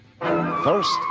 First